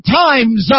times